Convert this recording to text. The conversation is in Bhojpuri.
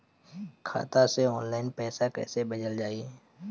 खाता से ऑनलाइन पैसा कईसे भेजल जाई?